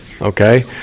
okay